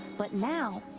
but now,